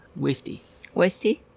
Wasty